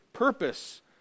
purpose